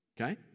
Okay